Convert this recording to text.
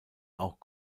auch